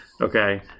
okay